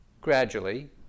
gradually